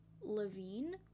Levine